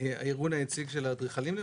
הארגון היציג של האדריכלים.